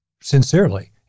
sincerely